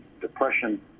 depression